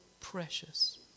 precious